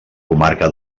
comarca